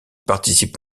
participe